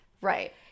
right